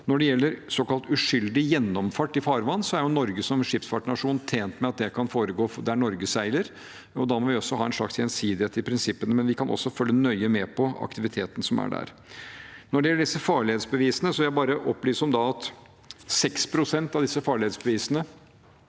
Når det gjelder såkalt uskyldig gjennomfart i farvann, er Norge som skipsfartsnasjon tjent med at det kan foregå der Norge seiler, og da må vi ha en slags gjensidighet i prinsippene. Men vi kan også følge nøye med på aktiviteten som er der. Når det gjelder disse farledsbevisene, vil jeg bare opplyse om at 6 pst. av dem, som gir mulighet for ikke